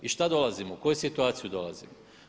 I šta dolazimo, u koju situaciju dolazimo?